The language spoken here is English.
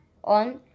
on